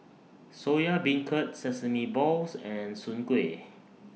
Soya Beancurd Sesame Balls and Soon Kuih